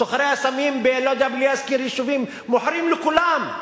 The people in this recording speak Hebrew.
סוחרי הסמים, בלי להזכיר יישובים, מוכרים לכולם.